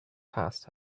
past